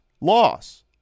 loss